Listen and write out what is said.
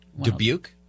dubuque